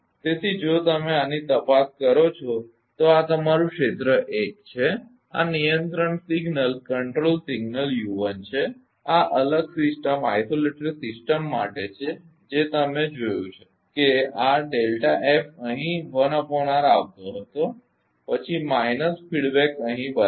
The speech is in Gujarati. તેથી જો તમે આની તપાસ કરો છો તો આ તમારું ક્ષેત્ર 1 છે આ નિયંત્રણ સિગ્નલકંટ્રોલ સિગ્નલ u1 છે આ અલગ સિસ્ટમ માટે છે જે તમે જોયું છે કે આ અહીં આવતો હતો પછી માઇનસ ફીડબેક અહીં બરાબર